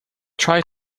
try